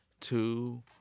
two